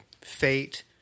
fate